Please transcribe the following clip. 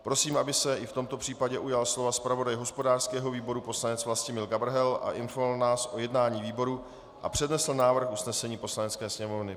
Prosím, aby se i v tomto případě ujal slova zpravodaj hospodářského výboru poslanec Vlastimil Gabrhel a informoval nás o jednání výboru a přednesl návrh usnesení Poslanecké sněmovny.